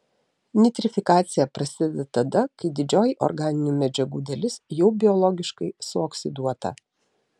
nitrifikacija prasideda tada kai didžioji organinių medžiagų dalis jau biologiškai suoksiduota